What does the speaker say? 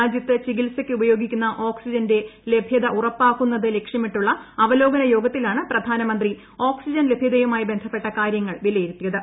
രാജ്യത്ത് ചികിത്സയ്ക്ക് ഉപയോഗിക്കുന്ന ഓക്സിജന്റെ ലഭ്യത ഉറപ്പാക്കുന്നത് ലക്ഷ്യമിട്ടുള്ള അവലോകന യോഗത്തിലാണ് പ്രധാനമന്ത്രി ഓക്സിജൻ ലഭൃതയുമായി ബന്ധപ്പെട്ട കാര്യങ്ങൾ വിലയിരുത്തിയത്